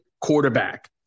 quarterback